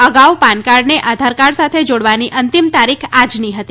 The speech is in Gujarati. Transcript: અગાઉ પાનકાર્ડને આધારકાર્ડ સાથે જોડવાની અંતિમ તારીખ આજે હતી